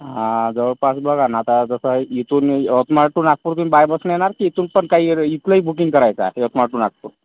हां जवळपास बघा ना आता जसं इथून यवतमाळ टू नागपूर तुम्ही बाय बसनं येणार की इथून पण काही इथून ही बुकिंग करायचं आहे यवतमाळ टू नागपूर